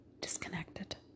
disconnected